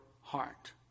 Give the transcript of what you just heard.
heart